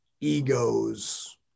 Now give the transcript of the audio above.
egos